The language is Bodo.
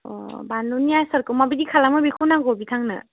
अ बानलुनि आसारखौ माबायदि खालामो बेखौ नांगौ बिथांनो